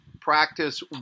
practice